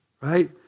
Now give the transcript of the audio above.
right